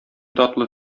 татлы